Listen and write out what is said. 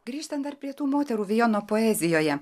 grįžtant dar prie tų moterų vijono poezijoje